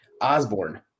Osborne